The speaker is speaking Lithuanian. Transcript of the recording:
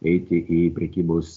eiti į prekybos